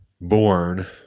born